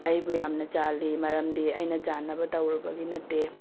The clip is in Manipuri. ꯑꯩꯕꯨ ꯌꯥꯝꯅ ꯆꯥꯜꯂꯤ ꯃꯔꯝꯗꯤ ꯑꯩꯅ ꯆꯥꯟꯅꯕ ꯇꯧꯔꯨꯕꯒꯤ ꯅꯠꯇꯦ